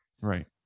right